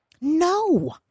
No